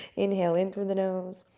inhale in through the nose